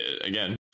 again